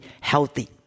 healthy